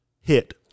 hit